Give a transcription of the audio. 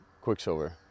quicksilver